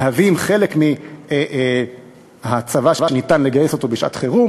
מהווים חלק מהצבא שניתן לגייס בשעת-חירום